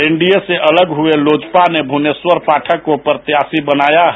NDA से अलग हुई लोजपा ने भुवनेश्वर पाठक को प्रत्याशी बनाया है